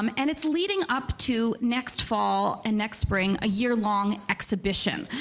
um and it's leading up to next fall and next spring a year long exhibition.